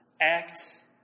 act